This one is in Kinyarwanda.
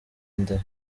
ndera